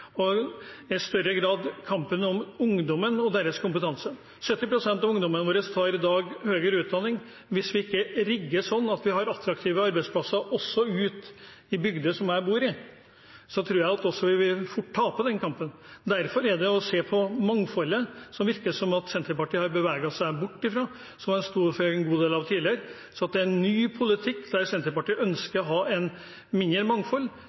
i større grad kampen om ungdommen og deres kompetanse. 70 pst. av ungdommene våre tar i dag høyere utdanning. Hvis vi ikke rigger det sånn at vi har attraktive arbeidsplasser også ute i bygdene, som i den jeg bor i, tror jeg at vi fort vil tape den kampen. Derfor virker det som at Senterpartiet har beveget seg bort fra det å se på mangfoldet, som de sto for tidligere. Det er ny politikk der Senterpartiet ønsker å ha mindre mangfold,